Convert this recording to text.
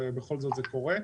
ובכל זאת זה קורה.